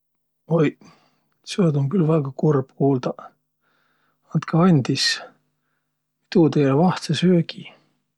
Tulkõq kibõhõhe siiäq! Siiäq Rahu huulitsahe. Ma näe, et siist kiäki um õkva varastanuq auto ärq ja nakkas ärq sõitma tuugaq. Tulkõq kibõhõhe appi!